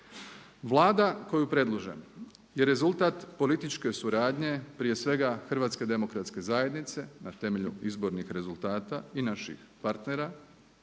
Vlada koju predlažem je rezultat političke suradnje, prije svega Hrvatske demokratske zajednice na temelju izbornih rezultata i naših partnera